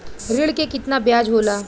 ऋण के कितना ब्याज होला?